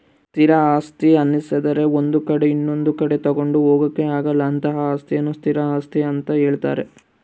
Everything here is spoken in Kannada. ಸ್ಥಿರ ಆಸ್ತಿ ಅನ್ನಿಸದ್ರೆ ಒಂದು ಕಡೆ ಇನೊಂದು ಕಡೆ ತಗೊಂಡು ಹೋಗೋಕೆ ಆಗಲ್ಲ ಅಂತಹ ಅಸ್ತಿಯನ್ನು ಸ್ಥಿರ ಆಸ್ತಿ ಅಂತ ಹೇಳ್ತಾರೆ